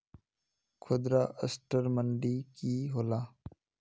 खुदरा असटर मंडी की होला?